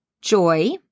joy